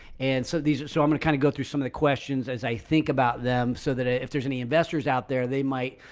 and so these so i'm gonna kind of go through some of the questions as i think about them so that ah if there's any investors out there, they might,